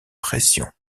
pression